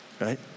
Right